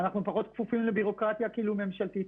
אנחנו פחות כפופים לבירוקרטיה ממשלתית,